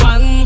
One